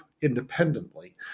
independently